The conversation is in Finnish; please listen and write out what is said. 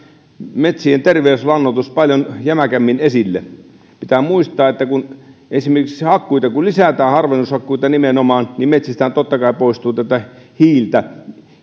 metsien terveyslannoitus paljon jämäkämmin esille pitää muistaa että kun esimerkiksi hakkuita lisätään harvennushakkuita nimenomaan niin metsistähän totta kai poistuu hiiltä